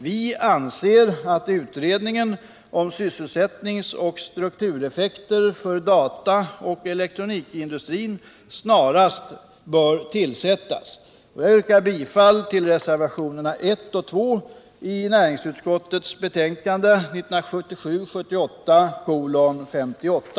Vi anser att utredningen om sysselsättningsoch struktureffekter för dataoch elektronikindustrin snarast bör tillsättas. Jag yrkar bifall till reservationerna 1 och 2 vid näringsutskottets betänkande 1977/78:58.